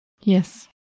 Yes